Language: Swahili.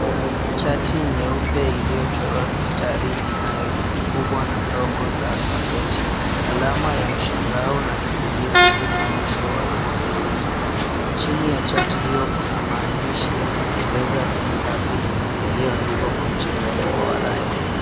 Chati nyeupe iliyochorwa mistari ina herufi kubwa na ndogo za alfabeti. Alama ya mshangao na kiulizi zipo mwisho wa herufi hizo. Chini ya chati hiyo kuna maandishi ya Kiingereza Be Happy yaliyoandikwa kwa mchanganyiko wa rangi.